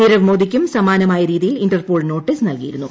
നീരവ്മോദിയ്ക്കും സമാനമായ രീതിയിൽ Interpol notice നൽകിയിരുന്നു